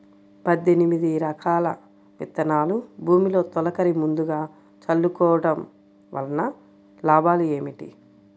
పద్దెనిమిది రకాల విత్తనాలు భూమిలో తొలకరి ముందుగా చల్లుకోవటం వలన లాభాలు ఏమిటి?